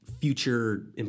future